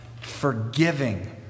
forgiving